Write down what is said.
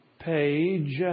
page